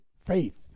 Faith